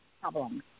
problem